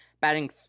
batting